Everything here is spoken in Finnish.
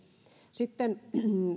sitten